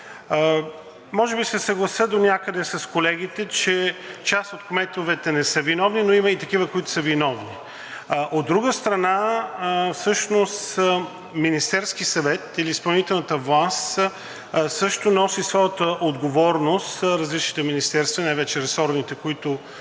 Може би ще се съглася донякъде с колегите, че част от кметовете не са виновни, но има и такива, които са виновни. От друга страна, всъщност Министерският съвет или изпълнителната власт също носи своята отговорност, различните министерства, най-вече ресорните, които